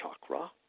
chakra